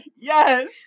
Yes